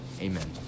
Amen